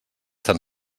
tan